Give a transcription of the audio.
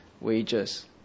wages